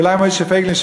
אולי משה פייגלין,